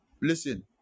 Listen